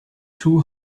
too